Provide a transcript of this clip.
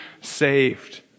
saved